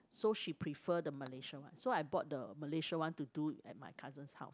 so she prefer the Malaysia one so I bought the Malaysia one to do at my cousin's house